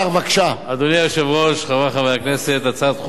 הצעת חוק גיל פרישה (שינוי גיל הפרישה לעובדים בענף הבנייה),